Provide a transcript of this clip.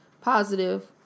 positive